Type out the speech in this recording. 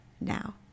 now